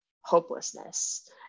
hopelessness